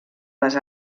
les